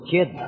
Kid